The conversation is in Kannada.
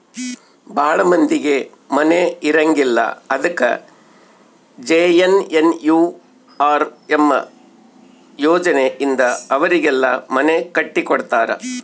ಭಾಳ ಮಂದಿಗೆ ಮನೆ ಇರಂಗಿಲ್ಲ ಅದಕ ಜೆ.ಎನ್.ಎನ್.ಯು.ಆರ್.ಎಮ್ ಯೋಜನೆ ಇಂದ ಅವರಿಗೆಲ್ಲ ಮನೆ ಕಟ್ಟಿ ಕೊಡ್ತಾರ